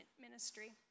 ministry